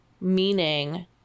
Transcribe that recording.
Meaning